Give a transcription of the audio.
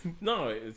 No